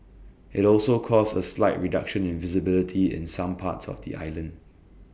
IT also caused A slight reduction in visibility in some parts of the island